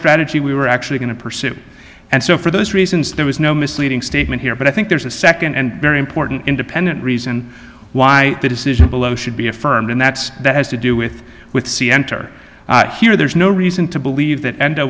strategy we were actually going to pursue and so for those reasons there was no misleading statement here but i think there's a second and very important independent reason why the decision should be affirmed and that's that has to do with with c enter here there's no reason to believe that and i